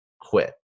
quit